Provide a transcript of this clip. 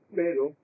pero